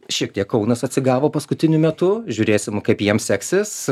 šiek tiek kaunas atsigavo paskutiniu metu žiūrėsim kaip jiems seksis